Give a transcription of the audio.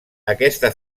aquesta